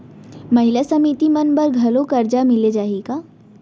महिला समिति मन बर घलो करजा मिले जाही का?